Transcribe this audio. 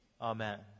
Amen